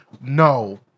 No